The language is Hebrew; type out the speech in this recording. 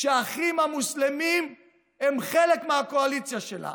שבה האחים המוסלמים הם חלק מהקואליציה שלה.